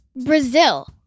Brazil